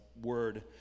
word